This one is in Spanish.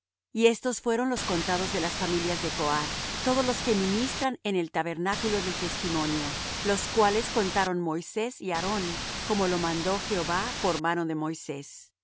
y cincuenta estos fueron los contados de las familias de coath todos los que ministran en el tabernáculo del testimonio los cuales contaron moisés y aarón como lo mandó jehová por mano de moisés